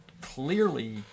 clearly